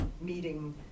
meeting